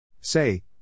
Say